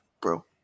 Bro